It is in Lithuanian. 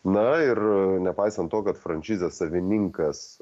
na ir nepaisant to kad frančizės savininkas